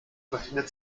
befindet